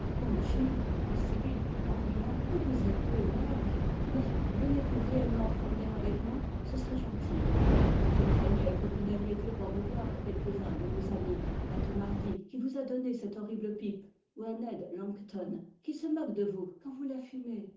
en riant que vous êtes peu aimable mais venez-vous réellement promener avec moi ce serait gentil je craignais que vous n'alliez dire au revoir à quelques-uns de vos amis à tom hardy qui vous a donné cette horrible pipe ou à ned langton qui se moque de vous quand vous la